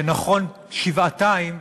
שבעתיים